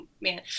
man